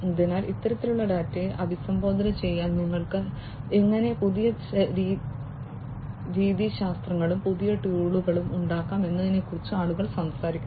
അതിനാൽ ഇത്തരത്തിലുള്ള ഡാറ്റയെ അഭിസംബോധന ചെയ്യാൻ നിങ്ങൾക്ക് എങ്ങനെ പുതിയ രീതിശാസ്ത്രങ്ങളും പുതിയ ടൂളുകളും ഉണ്ടാക്കാം എന്നതിനെക്കുറിച്ച് ആളുകൾ സംസാരിക്കുന്നു